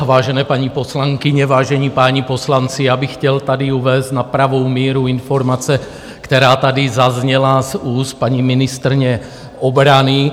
Vážené paní poslankyně, vážení páni poslanci, já bych chtěl tady uvést na pravou míru informaci, která tady zazněla z úst paní ministryně obrany.